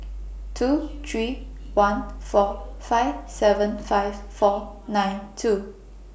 two three one four five seven five four nine two